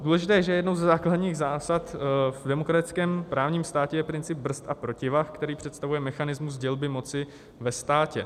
Důležité je, že jednou ze základních zásad v demokratickém právním státě je princip brzd a protivah, který představuje mechanismus dělby moci ve státě.